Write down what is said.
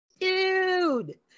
dude